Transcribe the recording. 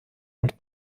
und